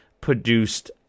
produced